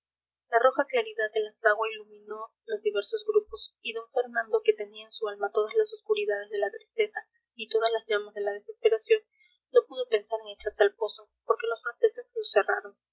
la roja claridad de la fragua iluminó los diversos grupos y d fernando que tenía en su alma todas las oscuridades de la tristeza y todas las llamas de la desesperación no pudo pensar en echarse al pozo porque los franceses lo